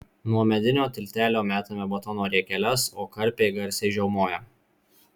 nuo medinio tiltelio metame batono riekeles o karpiai garsiai žiaumoja